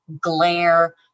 glare